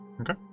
Okay